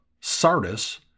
sardis